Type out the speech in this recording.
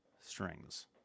strings